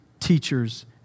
Teachers